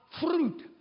fruit